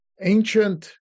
ancient